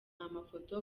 amafoto